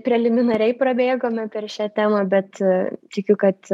preliminariai prabėgome per šią temą bet tikiu kad